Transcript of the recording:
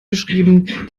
geschrieben